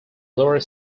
lower